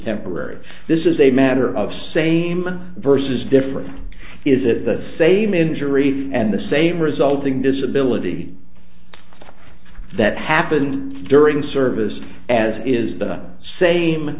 temporary this is a matter of same versus different is it the same injury and the same resulting disability that happened during service as is the same